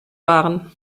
waren